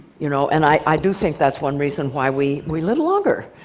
you know and i do think that's one reason why we we live longer.